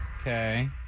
Okay